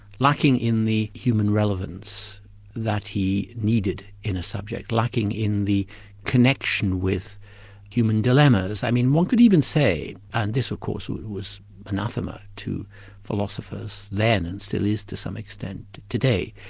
lacking in the human relevance that he needed in a subject, lacking in the connection with human dilemmas. i mean one could even say and this of course was anathema to philosophers, then, and still is to some extent today,